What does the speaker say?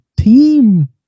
team